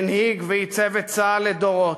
הנהיג ועיצב את צה"ל לדורות,